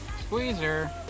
Squeezer